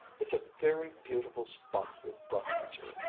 it's a very beautiful spot you've brought me to,